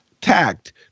tact